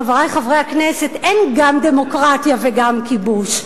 חברי חברי הכנסת, אין גם דמוקרטיה וגם כיבוש,